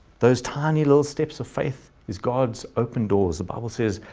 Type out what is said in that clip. those tiny little steps of faith is god's open doors, the bible says,